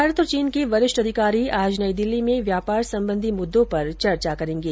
भारत और चीन के वरिष्ठ अधिकारी आज नई दिल्ली में व्यापार संबंधी मुद्दों पर चर्चा करेंगे